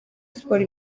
siporo